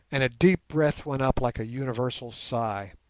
and a deep breath went up like a universal sigh.